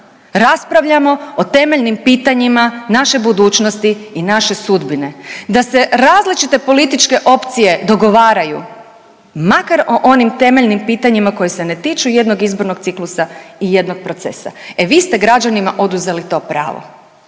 raspravljamo o temeljenim pitanjima naše budućnosti i naše sudbine, da se različite političke opcije dogovaraju makar o onim temeljnim pitanjima koje se ne tiču jednog izbornog ciklusa i jednog procesa. E vi ste građanima oduzeli to pravo